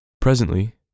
Presently